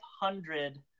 hundred